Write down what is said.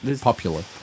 popular